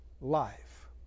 life